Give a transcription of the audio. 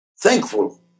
thankful